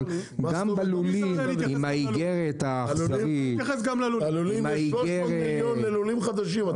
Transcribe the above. אבל גם בלולים עם האיגרת -- הלולים יש 300 מיליון ללולים חדשים,